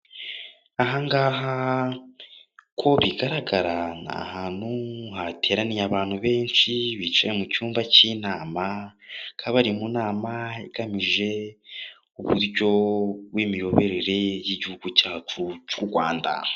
Ahangaha ko bigaragara ni ahantu hateraniye abantu benshi bicaye mu cyumba cy'inama, bakaba bari mu nama igamije uburyo bw'imiyoborere y'igihugu cyacu cy'u Rwanda.